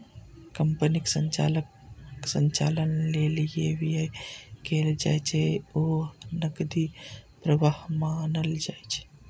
कंपनीक संचालन लेल जे व्यय कैल जाइ छै, ओ नकदी प्रवाह मानल जाइ छै